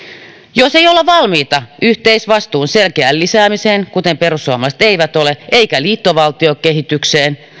jos ei olla valmiita yhteisvastuun selkeään lisäämiseen kuten perussuomalaiset eivät ole eikä liittovaltiokehitykseen